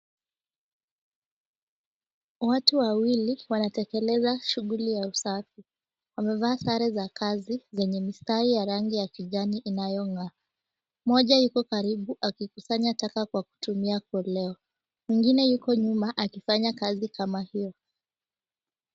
Watu wawili wanatekeleza shughuli ya usafi, wamevaa sare za kazi zenye mistari ya rangi ya kijani inayong'a. Mmoja yuko karibu kukusanya taka kutumia koleo mwingine yuko nyuma akifanya kazi kama hiyo.